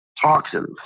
toxins